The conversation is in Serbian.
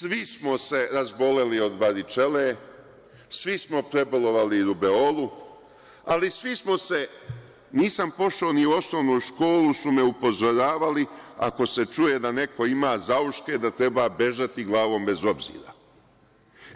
Svi smo se razboleli od varičele, svi smo prebolovali rubeolu, ali svi smo se, nisam pošao ni u osnovnu školu, upozoravali, ako se čuje da neko ima zauške da treba bežati glavom bez obzira